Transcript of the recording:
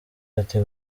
ati